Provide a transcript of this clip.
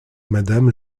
madame